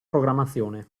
programmazione